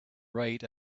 right